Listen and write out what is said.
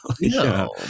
No